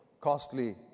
costly